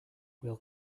will